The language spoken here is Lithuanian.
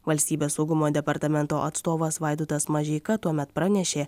valstybės saugumo departamento atstovas vaidotas mažeika tuomet pranešė